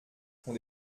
qu’on